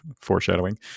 foreshadowing